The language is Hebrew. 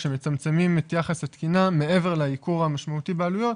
כשמצמצמים את יחס התקינה מעבר לייקור המשמעותי בעלויות,